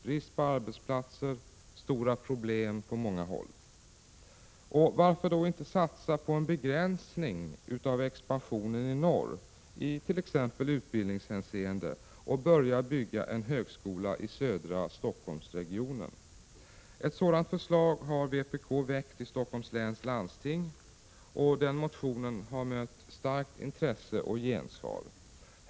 Brist på arbetsplatser, stora problem på många håll. Varför då inte satsa på en begränsning av expansionen i norr i t.ex. utbildningshänseende och börja bygga en högskola i södra Stockholmsregionen? Ett sådant förslag har vpk väckt i Stockholms läns landsting. Motionen har mött starkt intresse och gensvar.